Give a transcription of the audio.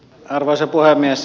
arvoisa puhemies